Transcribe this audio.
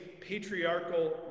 patriarchal